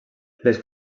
les